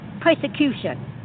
persecution